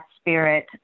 spirit